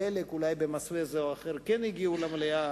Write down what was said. חלק אולי במסווה זה או אחר כן הגיעו למליאה,